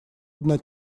одна